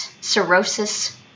cirrhosis